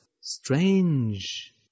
strange